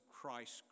Christ